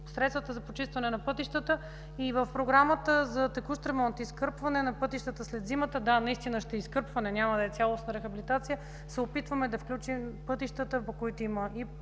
средствата за почистване на пътищата. В програмата за текущ ремонт, изкърпване на пътищата след зимата – да, наистина ще е изкърпване, няма да е цялостна рехабилитация – се опитваме да включим пътищата, по които има